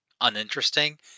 uninteresting